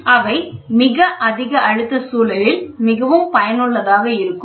அவை மிக அதிக அழுத்த சூழலில் மிகவும் பயனுள்ளதாக இருக்கும்